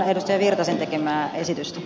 erkki virtasen tekemää esitystä